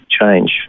change